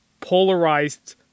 polarized